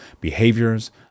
behaviors